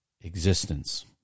existence